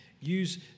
Use